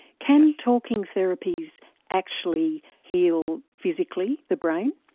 can talking therapies actually heal physically the brain?